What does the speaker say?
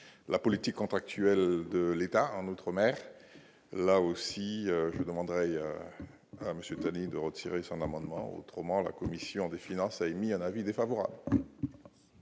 la politique contractuelle de l'État en outre-mer, là aussi, je demanderai à monsieur vous allez de retirer son amendement autrement, la commission des finances, a émis un avis défavorable.